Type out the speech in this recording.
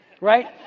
right